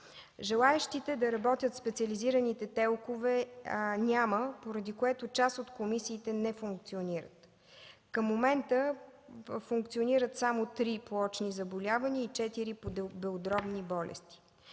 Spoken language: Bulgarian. Желаещи да работят в специализираните ТЕЛК-ове няма, поради което част от комисиите не функционират. Към момента функционират само три по очни заболявания и четири по белодробни болести.